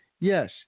Yes